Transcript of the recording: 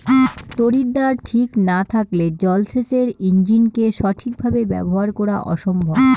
তড়িৎদ্বার ঠিক না থাকলে জল সেচের ইণ্জিনকে সঠিক ভাবে ব্যবহার করা অসম্ভব